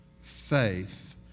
Faith